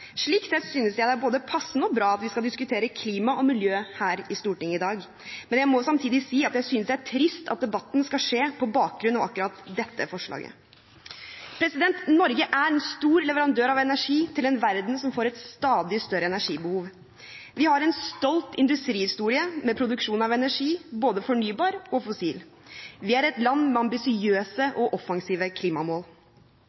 Slik sett synes jeg det er både passende og bra at vi skal diskutere klima og miljø her i Stortinget i dag, men jeg må samtidig si at jeg synes det er trist at debatten skal skje på bakgrunn av akkurat dette forslaget. Norge er en stor leverandør av energi til en verden som får et stadig større energibehov. Vi har en stolt industrihistorie med produksjon av energi – både fornybar og fossil. Vi er et land med ambisiøse